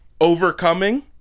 Overcoming